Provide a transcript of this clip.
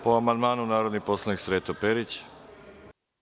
Po amandmanu, narodni poslanik Sreto Perić.